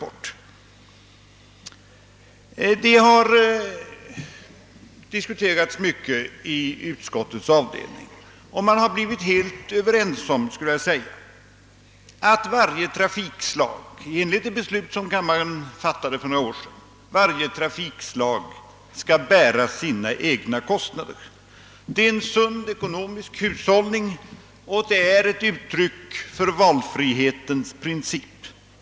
När vägfrågorna diskuterats i utskottets avdelning har man blivit helt överens om att varje trafikslag skall bära sina egna kostnader — alltså i enlighet med det beslut som riksdagen fattade för några år sedan. Det är en sund ekonomisk hushållning och ett uttryck för valfrihetens princip.